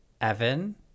Evan